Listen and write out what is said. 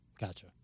Gotcha